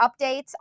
updates